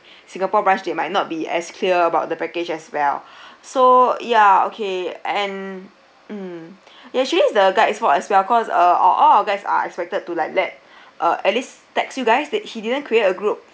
singapore branch they might not be as clear about the package as well so ya okay and mm it actually is the guide's fault as well cause uh of all guys are expected to like let uh at least text you guys that he didn't create a group